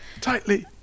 Tightly